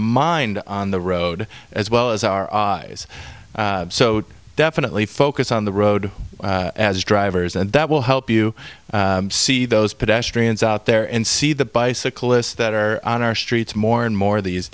mind on the road as well as our eyes so definitely focus on the road as drivers and that will help you see those pedestrians out there and see the bicyclists that are on our streets more and more these